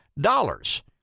dollars